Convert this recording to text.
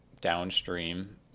downstream